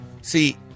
See